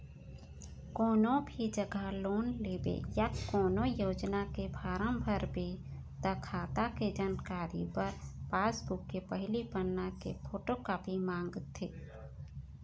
कोनो भी जघा लोन लेबे या कोनो योजना के फारम भरबे त खाता के जानकारी बर पासबूक के पहिली पन्ना के फोटोकापी मांगथे